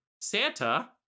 Santa